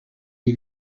you